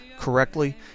correctly